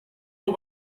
but